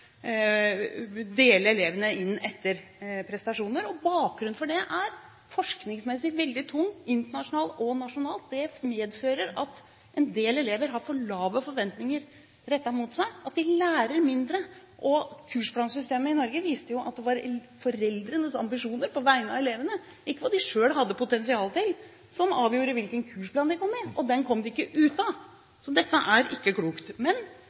elevene inn etter prestasjoner, og bakgrunnen for det er forskningsmessig veldig tung internasjonalt og nasjonalt. Det medfører at en del elever har for lave forventninger rettet mot seg, at de lærer mindre. Kursplansystemet i Norge viste at det var foreldrenes ambisjoner på vegne av elevene, ikke hva de selv hadde potensial til, som avgjorde hvilken kursplan elevene kom i, og den kom de ikke ut av. Så dette er ikke klokt. Men